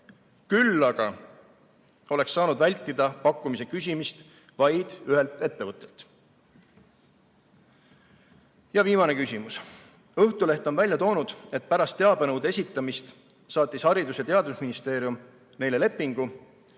Küll aga oleks saanud vältida pakkumise küsimist vaid ühelt ettevõttelt. Ja viimane küsimus. Õhtuleht on välja toonud, et pärast teabenõude esitamist saatis Haridus‑ ja Teadusministeerium neile lepingu,